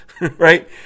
right